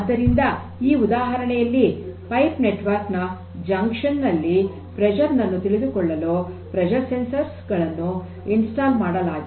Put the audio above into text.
ಆದ್ದರಿಂದ ಈ ಉದಾಹರಣೆಯಲ್ಲಿ ಪೈಪ್ ನೆಟ್ವರ್ಕ್ ನ ಜಂಕ್ಷನ್ ನಲ್ಲಿ ಒತ್ತಡವನ್ನು ತಿಳಿದುಕೊಳ್ಳಲು ಒತ್ತಡ ಸಂವೇದಕಗಳನ್ನು ಸ್ಥಾಪಿಸಲಾಗಿದೆ